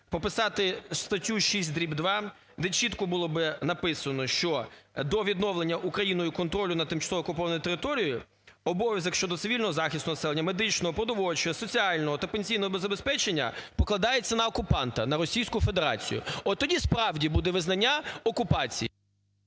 прописати статтю 6 дріб 2, де чітко було б написано, що до відновлення Україною контролю над тимчасово окупованою територією обов'язок щодо цивільного захисту населення, медичного, продовольчого, соціального та пенсійного забезпечення покладається на окупанта, на Російську Федерацію. Отоді, справді, буде визнання окупації.